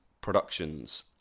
productions